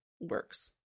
works